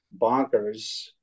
bonkers